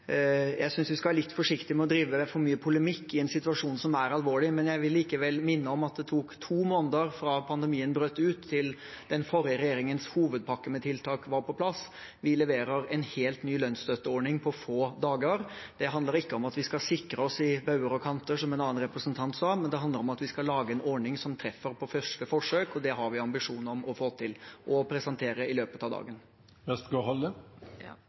Jeg synes vi skal være litt forsiktig med å drive for mye polemikk i en situasjon som er alvorlig, men jeg vil likevel minne om at det tok to måneder fra pandemien brøt ut, til den forrige regjeringens hovedpakke med tiltak var på plass. Vi leverer en helt ny lønnsstøtteordning på få dager. Det handler ikke om at vi skal sikre oss i bauger og kanter, som en annen representant sa, men om at vi skal lage en ordning som treffer på første forsøk. Det har vi ambisjon om å få til og presentere i løpet av